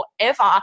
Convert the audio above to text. forever